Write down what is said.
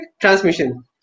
transmission